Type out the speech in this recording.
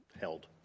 held